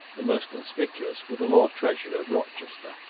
the most conspicuous were the lord treasurer rochester,